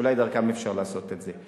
אולי דרכם אפשר לעשות את זה.